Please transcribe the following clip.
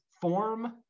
form